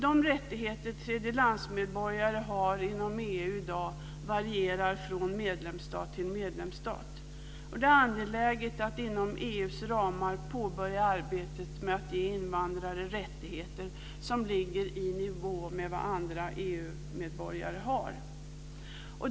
De rättigheter tredjelandsmedborgare har inom EU i dag varierar från medlemsstat till medlemsstat. Det är angeläget att inom EU:s ramar påbörja arbetet med att ge invandrare rättigheter som ligger i nivå med vad andra EU-medborgare har.